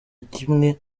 kimwe